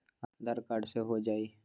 आधार card से हो जाइ?